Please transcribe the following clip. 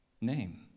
name